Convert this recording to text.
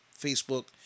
Facebook